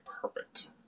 perfect